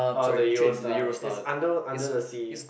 oh the Eurostar is under under the sea